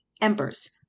Embers